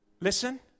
listen